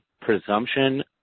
presumption